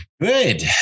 Good